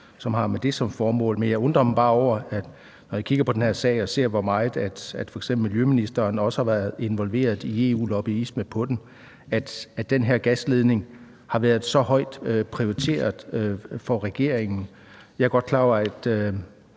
som har det som formål. Men jeg undrer mig bare over – når jeg kigger på den her sag og ser, hvor meget f.eks. miljøministeren også har været involveret i EU-lobbyisme i forhold til den – at den her gasledning har været så højt prioriteret for regeringen. Jeg er godt klar over, at